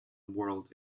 world